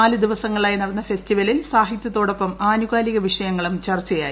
നാല് ദിവസങ്ങളിലായി നടന്ന ഫെസ്റ്റിവലിൽ സാഹിത്യത്തോടൊപ്പം ആനുകാലിക വിഷയങ്ങളും ചർച്ചയായി